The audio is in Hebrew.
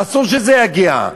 אסור שזה יגיע.